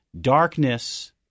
darkness